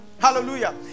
hallelujah